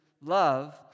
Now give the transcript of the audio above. love